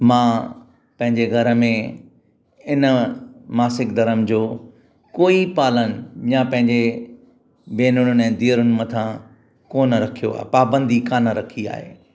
मां पंहिंजे घर में हिन मासिक धरम जो कोइ पालन या पंहिंजे भेनरुनि ऐं धीअरुनि मथां कोन रखियो आहे पाबंदी कान रखी आहे